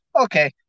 okay